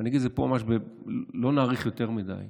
ולא נאריך יותר מדי: